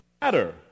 matter